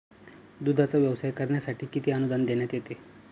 दूधाचा व्यवसाय करण्यासाठी किती अनुदान देण्यात येते?